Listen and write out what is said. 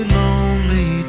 lonely